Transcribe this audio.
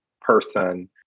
person